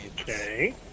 Okay